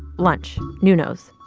lunch nuno's,